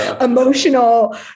emotional